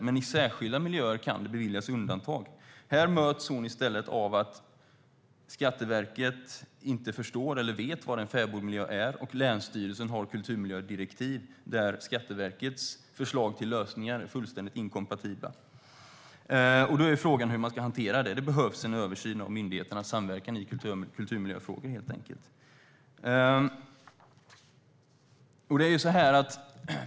Men i särskilda miljöer kan det beviljas undantag. Här möts hon i stället av Skatteverket inte förstår eller vet vad en fäbodmiljö är. Länsstyrelsen har kulturmiljödirektiv med vilka Skatteverkets förslag till lösningar är fullständigt inkompatibla. Frågan är hur man ska hantera det. Det behövs helt enkelt en översyn av myndigheternas samverkan i kulturmiljöfrågor.